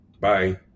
Bye